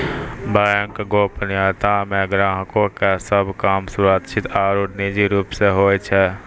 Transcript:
bank गोपनीयता मे ग्राहको के सभ काम सुरक्षित आरु निजी रूप से होय छै